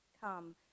Come